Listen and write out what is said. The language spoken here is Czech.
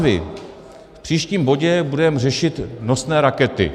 V příštím bodě budeme řešit nosné rakety.